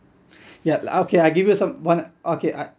ya okay I give you some one okay ah